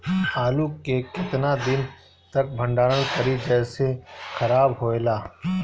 आलू के केतना दिन तक भंडारण करी जेसे खराब होएला?